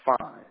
fine